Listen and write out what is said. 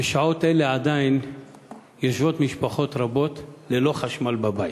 בשעות אלה עדיין יושבות משפחות רבות ללא חשמל בבית.